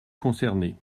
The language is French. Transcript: concernés